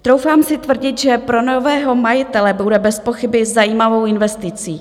Troufám si tvrdit, že pro nového majitele bude bezpochyby zajímavou investicí.